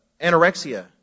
anorexia